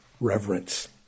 reverence